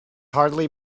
hardly